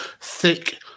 thick